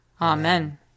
Amen